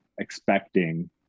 expecting